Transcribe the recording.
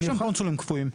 יש שם קונסולים קבועים.